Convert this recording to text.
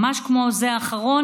ממש כמו זה האחרון,